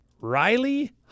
Riley